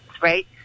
right